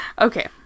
Okay